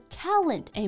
talent